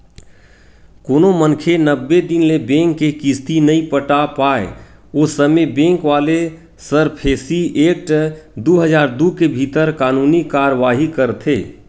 कोनो मनखे नब्बे दिन ले बेंक के किस्ती नइ पटा पाय ओ समे बेंक वाले सरफेसी एक्ट दू हजार दू के भीतर कानूनी कारवाही करथे